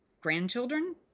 grandchildren